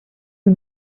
you